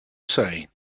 say